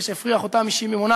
כשהפריח אותה משיממונה